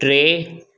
टे